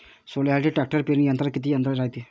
सोल्यासाठी ट्रॅक्टर पेरणी यंत्रात किती अंतर रायते?